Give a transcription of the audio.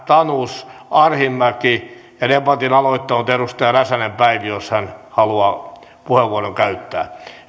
tanus arhinmäki ja debatin aloittanut edustaja räsänen päivi jos hän haluaa puheenvuoron käyttää